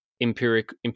empirical